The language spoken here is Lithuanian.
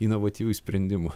inovatyvių sprendimų